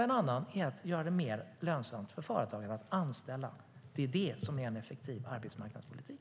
En annan är att göra det mer lönsamt för företagen att anställa. Det är det som är en effektiv arbetsmarknadspolitik.